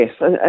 Yes